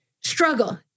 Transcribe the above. struggle